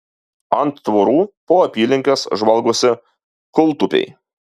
ant tvorų po apylinkes žvalgosi kūltupiai